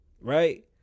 right